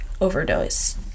overdose